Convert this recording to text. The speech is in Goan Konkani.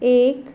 एक